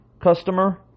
customer